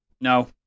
No